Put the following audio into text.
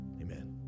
amen